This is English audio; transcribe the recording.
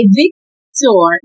victor